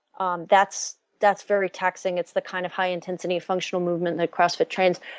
um that's that's very taxing. it's the kind of high intensity functional movement that crossfit trends.